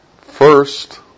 First